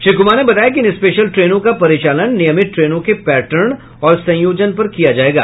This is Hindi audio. श्री कुमार ने बताया कि इन स्पेशल ट्रेनों का परिचालन नियमित ट्रेनों के पैटर्न और संयोजन पर किया जायेगा